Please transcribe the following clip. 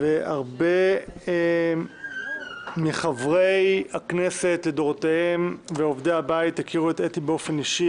הרבה מחברי הכנסת לדורותיהם ועובדי הבית הכירו את אתי באופן אישי,